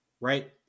right